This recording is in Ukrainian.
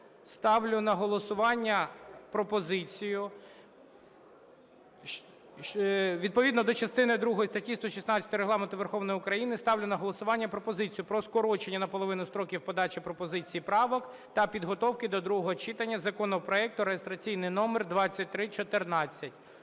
ставлю на голосування пропозицію про скорочення наполовину строків подачі пропозицій і правок та підготовки до другого читання законопроекту (реєстраційний номер 2314).